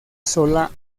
sola